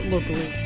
Locally